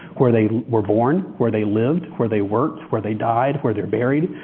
where they were born, where they lived, where they worked, where they died, where they're buried.